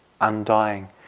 undying